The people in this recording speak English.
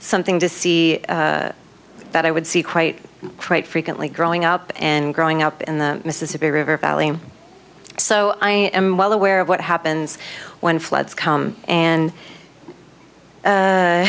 something to see that i would see quite frequently growing up and growing up in the mississippi river valley so i am well aware of what happens when floods come and